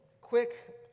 quick